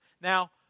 Now